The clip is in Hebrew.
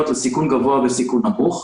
האוכלוסיות לסיכון גבוה וסיכון נמוך,